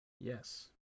Yes